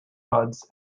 buds